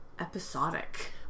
episodic